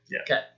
Okay